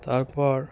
তারপর